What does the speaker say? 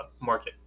market